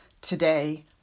today